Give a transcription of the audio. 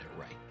right